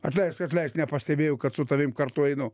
atleisk atleisk nepastebėjau kad su tavimi kartu einu